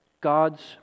God's